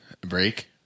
break